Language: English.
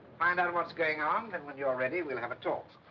find out what's going on. then when you're ready, we'll have a talk.